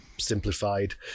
Simplified